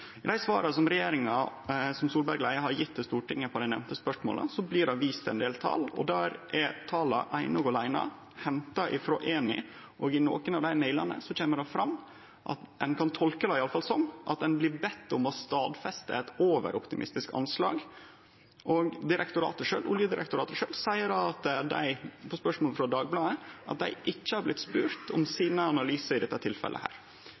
I dei svara som regjeringa som Solberg leier har gjeve til Stortinget på dei nemnde spørsmåla, blir det vist til ein del tal, og der er tala eine og aleine henta frå Eni. I nokre av dei mailane kjem det fram – ein kan iallfall tolke det slik – at ein blir beden om å stadfeste eit overoptimistisk anslag. Oljedirektoratet sjølv, på spørsmål frå Dagbladet, seier at dei ikkje har blitt spurde om sine analysar i dette tilfellet.